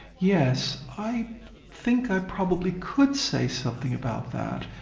yes. i think i probably could say something about that,